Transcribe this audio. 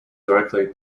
directly